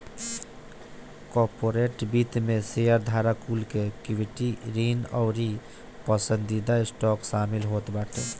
corporate वित्त में शेयरधारक कुल के इक्विटी, ऋण अउरी पसंदीदा स्टॉक शामिल होत बाटे